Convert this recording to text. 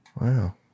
Wow